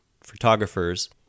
photographers